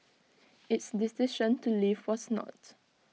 its decision to leave was not